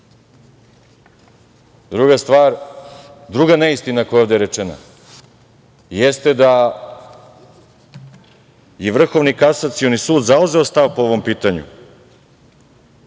pravo. Druga stvar, druga neistina koja je ovde rečena jeste da je i Vrhovni kasacioni sud zauzeo stav po ovom pitanju